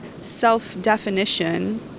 self-definition